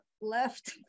left